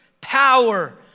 power